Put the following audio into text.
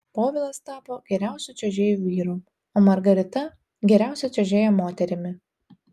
povilas tapo geriausiu čiuožėju vyru o margarita geriausia čiuožėja moterimi